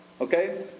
Okay